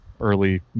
early